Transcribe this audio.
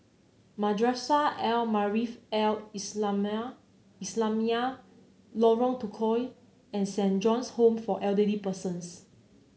Madrasah Al Maarif Al Islamiah Lorong Tukol and Saint John's Home for Elderly Persons